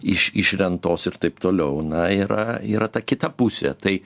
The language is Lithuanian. iš iš rentos ir taip toliau na yra yra ta kita pusė tai